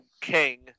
king